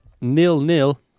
nil-nil